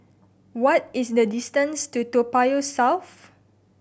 what is the distance to Toa Payoh South